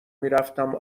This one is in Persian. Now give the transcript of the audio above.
میرفتم